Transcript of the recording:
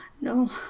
No